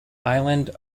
island